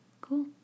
Cool